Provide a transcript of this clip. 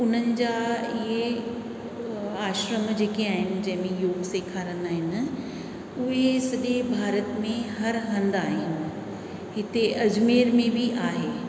उन्हनि जा इहे आश्रम जेके आहिनि जंहिंमे योग सेखारंदा आहिनि उहे ई सॼे भारत में हर हंध आहिनि हिते अजमेर में बि आहे